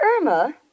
Irma